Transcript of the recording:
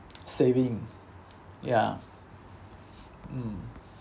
saving ya mm